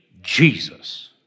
Jesus